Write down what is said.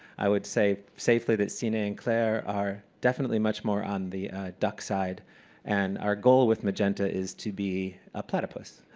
i would say safely that signe and claire are definitely much more on the duck side and our goal with magenta is to be a platypus.